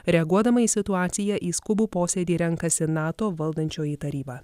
reaguodama į situaciją į skubų posėdį renkasi nato valdančioji taryba